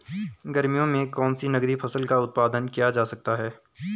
गर्मियों में कौन सी नगदी फसल का उत्पादन किया जा सकता है?